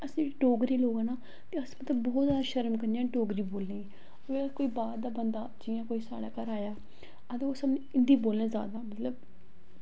अस जेह्ड़े डोगरे लोक ते अस न कुदै बौह्त जादा शर्म करने डोगरी बोलने ई ओह् जेह्ड़ा कोई बाहर दा बंदा जियां कोई साढ़ै घर आया ते अस हिंदी बोलने जादा मतलब